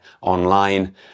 online